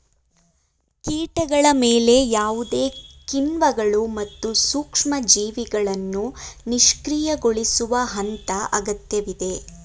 ಕೀಟಗಳ ಮೇಲೆ ಯಾವುದೇ ಕಿಣ್ವಗಳು ಮತ್ತು ಸೂಕ್ಷ್ಮಜೀವಿಗಳನ್ನು ನಿಷ್ಕ್ರಿಯಗೊಳಿಸುವ ಹಂತ ಅಗತ್ಯವಿದೆ